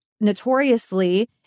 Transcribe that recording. notoriously